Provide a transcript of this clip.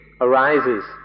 arises